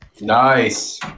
nice